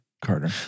Carter